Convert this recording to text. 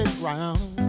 ground